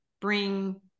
bring